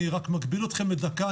אני רק מגביל אתכם לדקה,